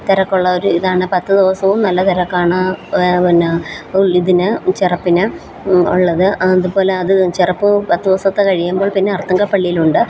തിരക്കുള്ള ഒരു ഇതാണ് പത്ത് ദിവസവും നല്ല തിരക്കാണ് പിന്നെ ഇതിന് ഈ ചെറപ്പിന് ഉള്ളത് അതുപോലെ അത് ചെറപ്പ് പത്ത് ദിവസത്തെ കഴിയുമ്പോൾ പിന്നെ അർത്തുങ്കൽ പള്ളിയിലുണ്ട്